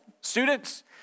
students